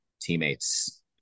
teammates